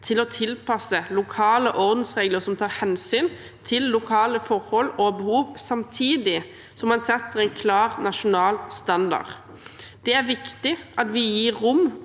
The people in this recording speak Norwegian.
til å tilpasse lokale ordensregler som tar hensyn til lokale forhold og behov, samtidig som den setter en klar nasjonal standard. Det er viktig at vi gir rom